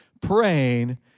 praying